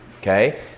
Okay